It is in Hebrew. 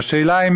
והשאלה היא,